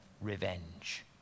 revenge